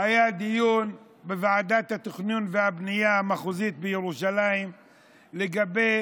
היה דיון בוועדת התכנון והבנייה המחוזית בירושלים לגבי